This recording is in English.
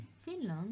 Finland